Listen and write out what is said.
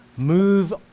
move